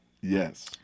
Yes